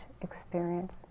experience